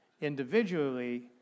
Individually